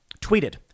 tweeted